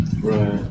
Right